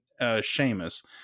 Seamus